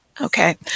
Okay